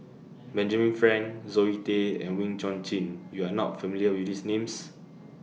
Benjamin Frank Zoe Tay and Wee Chong Jin YOU Are not familiar with These Names